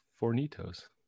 Fornito's